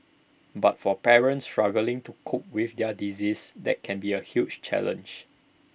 but for parents struggling to cope with their disease that can be A huge challenge